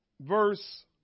Verse